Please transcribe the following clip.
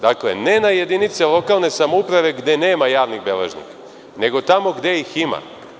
Dakle, ne na jedinice lokalne samouprave gde nema javnih beležnika, nego tamo gde ih ima.